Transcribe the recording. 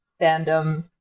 fandom